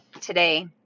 today